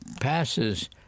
passes